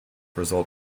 result